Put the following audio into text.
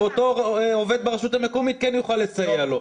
ואותו עובד ברשות המקומית כן יוכל לסייע לו.